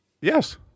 Yes